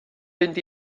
fynd